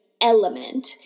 element